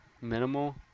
minimal